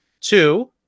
Two